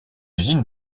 usines